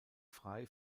frey